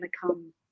come